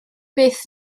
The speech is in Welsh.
byth